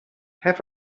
have